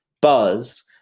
buzz